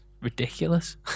ridiculous